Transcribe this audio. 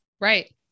right